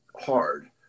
hard